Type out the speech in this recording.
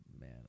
man